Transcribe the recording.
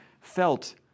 felt